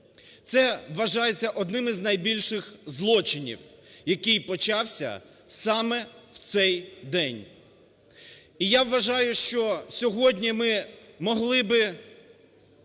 Це вважається одним із найбільших злочинів, який почався саме в цей день. І я вважаю, що сьогодні ми могли би